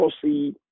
proceed